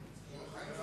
חברים,